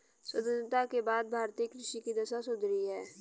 स्वतंत्रता के बाद भारतीय कृषि की दशा सुधरी है